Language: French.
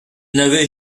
n’avait